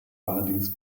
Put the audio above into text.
allerdings